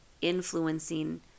influencing